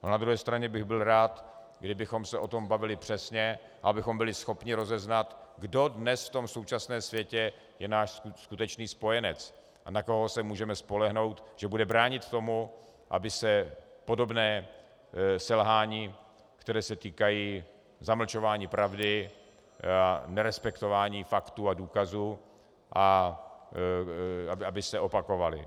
Na druhé straně bych byl rád, kdybychom se o tom bavili přesně, abychom byli schopni rozeznat, kdo dnes v tom současném světě je náš skutečný spojenec a na koho se můžeme spolehnout, že bude bránit tomu, aby se podobná selhání, která se týkají zamlčování pravdy, nerespektování faktů a důkazů, opakovala.